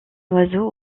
oiseau